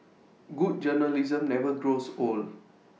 good journalism never grows old